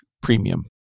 premium